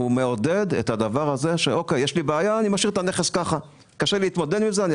מעודד להשאיר את הנכס כך,